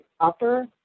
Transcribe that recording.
upper